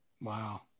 Wow